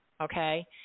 okay